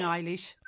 Eilish